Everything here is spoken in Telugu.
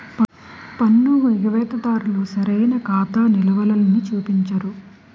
పన్ను ఎగవేత దారులు సరైన ఖాతా నిలవలని చూపించరు